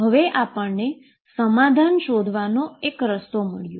હવે આપણને સમાધાન શોધવાનો એક રસ્તો મળ્યો